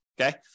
okay